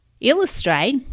illustrate